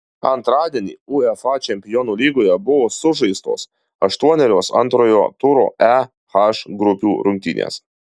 antradienį uefa čempionų lygoje buvo sužaistos aštuonerios antrojo turo e h grupių rungtynės